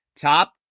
Top